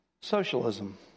socialism